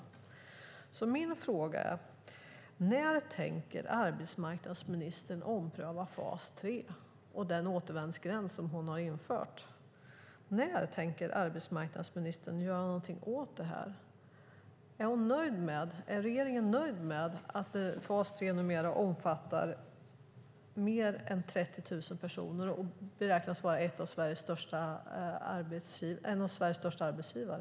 Jag vill därför fråga: När tänker arbetsmarknadsministern ompröva fas 3 och den återvändsgränd som hon har infört? När tänker arbetsmarknadsministern göra någonting åt detta? Är regeringen nöjd med att fas 3 numera omfattar mer än 30 000 personer och beräknas vara en av Sveriges största arbetsgivare?